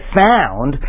found